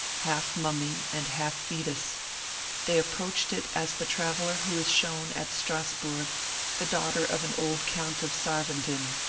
half mummy and half fetus they approached it as the traveler who is shown at strasburg the daughter of an old count of sarvenden,